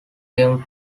came